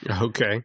Okay